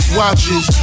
watches